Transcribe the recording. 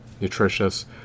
nutritious